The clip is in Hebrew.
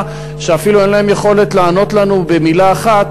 שאפילו אין להם יכולת לענות לנו במילה אחת,